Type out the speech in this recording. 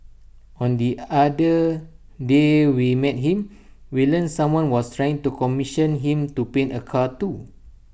on the other day we met him we learnt someone was trying to commission him to paint A car too